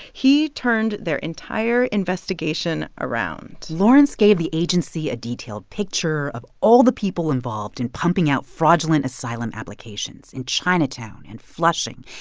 he turned their entire investigation around lawrence gave the agency a detailed picture of all the people involved in pumping out fraudulent asylum applications in chinatown and flushing.